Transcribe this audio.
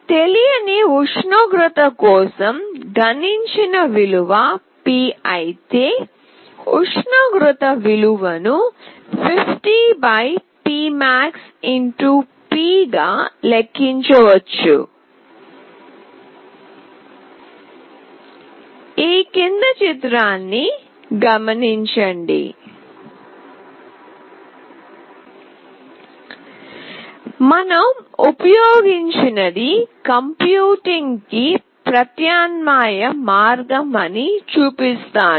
తెలియని ఉష్ణోగ్రత కోసం గణించిన విలువ P అయితే ఉష్ణోగ్రత విలువను 50 P max P గా లెక్కించవచ్చు మనం ఉపయోగించినది కంప్యూటింగ్ కి ప్రత్యామ్నాయ మార్గం అని చూపిస్తాను